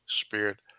Spirit